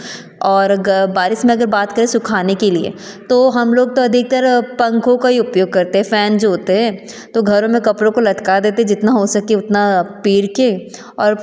और बारिश में अगर बात करें सुखाने के लिए तो हम लोग तो अधिकर पंखों का ही उपयोग करते हैं फ़ैन जो होते हैं तो घर में कपड़ों को लटका देते हैं जितना हो सके उतना पेर के और